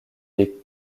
des